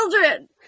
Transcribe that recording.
children